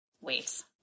Wait